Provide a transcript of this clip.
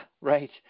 right